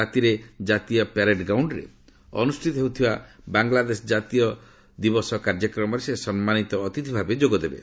ରାତିରେ ପ୍ୟାରେଡ୍ ଗ୍ରାଉଣ୍ଡରେ ଅନୁଷ୍ଠିତ ହେଉଥିବା ବାଙ୍ଗଲାଦେଶ ଜାତୀୟ ଦିବସ କାର୍ଯ୍ୟକ୍ରମରେ ସେ ସମ୍ମାନୀତ ଅତିଥି ଭାବେ ଯୋଗ ଦେବେ